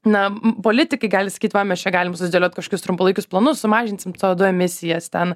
na politikai gali sakyt va mes čia galim susidėliot kažkokius trumpalaikius planus sumažinsim c o du emisijas ten